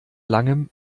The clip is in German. langem